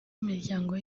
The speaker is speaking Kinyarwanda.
imiryango